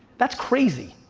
that's crazy.